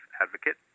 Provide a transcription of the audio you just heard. advocate